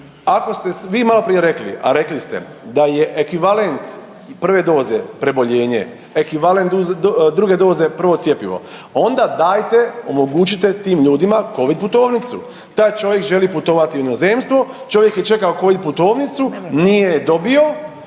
ako ste malo prije rekli a rekli ste da je ekvivalent prve doze preboljenje, ekvivalent druge doze je prvo cjepivo onda dajte omogućite tim ljudima Covid putovnicu. Taj čovjek želi putovati u inozemstvo, čovjek je čekao Covid putovnicu, nije ju dobio